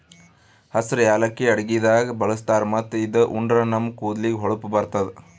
ಹಸ್ರ್ ಯಾಲಕ್ಕಿ ಅಡಗಿದಾಗ್ ಬಳಸ್ತಾರ್ ಮತ್ತ್ ಇದು ಉಂಡ್ರ ನಮ್ ಕೂದಲಿಗ್ ಹೊಳಪ್ ಬರ್ತದ್